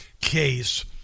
case